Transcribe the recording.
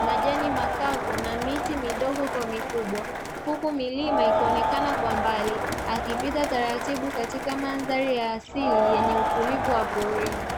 majani makavu na miti midogo kwa mikubwa, huku ikionekana kwa mbali akipita taratibu katika mandhari ya asili yenye utulivu waporini.